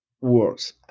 works